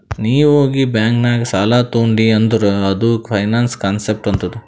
ನೀ ಹೋಗಿ ಬ್ಯಾಂಕ್ ನಾಗ್ ಸಾಲ ತೊಂಡಿ ಅಂದುರ್ ಅದು ಫೈನಾನ್ಸ್ ಕಾನ್ಸೆಪ್ಟ್ ಆತ್ತುದ್